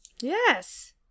Yes